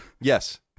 Yes